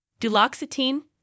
Duloxetine